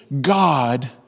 God